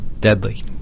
Deadly